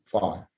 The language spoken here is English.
five